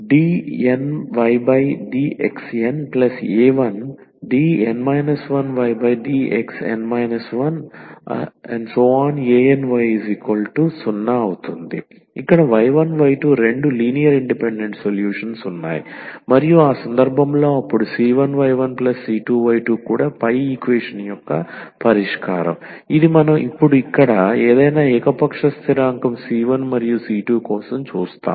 dnydxna1dn 1ydxn 1any0 ఇక్కడ y1y2 రెండు linear independent solutions ఉన్నాయ్ మరియు ఆ సందర్భంలో అప్పుడు c1y1c2y2 కూడా పై ఈక్వేషన్ యొక్క పరిష్కారం ఇది మనం ఇప్పుడు ఇక్కడ ఏదైనా ఏకపక్ష స్థిరాంకం c1 మరియు c2 కోసం చూస్తాము